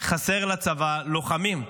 חסרים לצבא לוחמים.